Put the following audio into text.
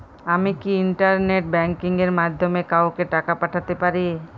আমি কি internet banking এর মাধ্যমে কাওকে টাকা পাঠাতে পারি?